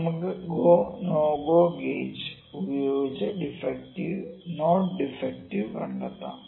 നമുക്ക് go no go gauge ഉപയോഗിച്ച് defective not defective കണ്ടെത്താം